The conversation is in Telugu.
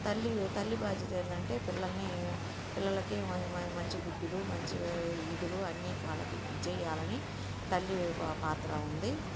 తల్లి తల్లి బాధ్యత ఏందంటే పిల్లల్ని పిల్లలకి మంచి బుద్దులు మంచి ఇదులు అన్ని వాళ్ళకి ఇది చెయ్యాలని తల్లి పా పాత్ర ఉంది